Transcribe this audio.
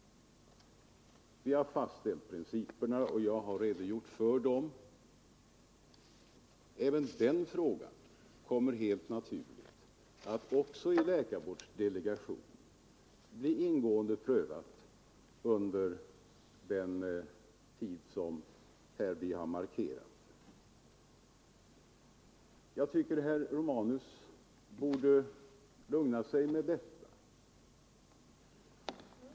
Vi har fastställt principerna — jag har redogjort för dem. De här frågorna kommer helt naturligt att bli ingående prövade i läkarvårdsdelegationen. Jag tycker att herr Romanus borde lugna sig med detta.